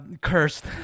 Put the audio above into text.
cursed